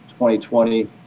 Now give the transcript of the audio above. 2020